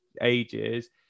ages